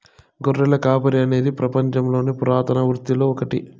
గొర్రెల కాపరి అనేది పపంచంలోని పురాతన వృత్తులలో ఒకటి